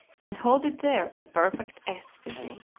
and hold it there in perfect ecstacy.